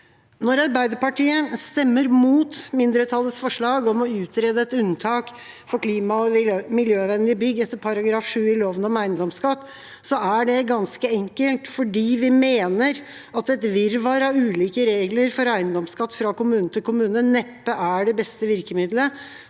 Når Arbeiderpartiet stemmer mot mindretallets forslag om å utrede et unntak for klima- og miljøvennlige bygg etter § 7 i loven om eiendomsskatt, er det ganske enkelt fordi vi mener at et virvar av ulike regler for eiendomsskatt fra kommune til kommune neppe er det beste virkemidlet